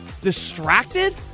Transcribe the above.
distracted